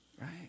Right